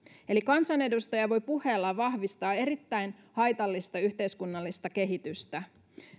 eli kansanedustaja voi puheellaan vahvistaa erittäin haitallista yhteiskunnallista kehitystä